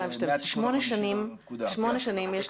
שמונה שנים.